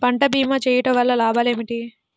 పంట భీమా చేయుటవల్ల లాభాలు ఏమిటి?